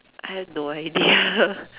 I have no idea